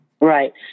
Right